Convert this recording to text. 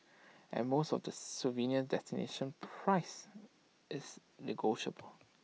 at most of the souvenir destinations price is negotiable